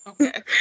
Okay